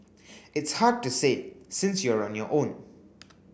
it's hard to say since you're on your own